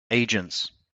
agents